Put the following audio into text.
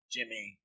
Jimmy